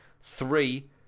three